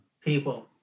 People